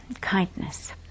kindness